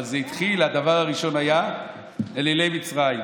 אבל זה התחיל, הדבר הראשון היה אלילי מצרים.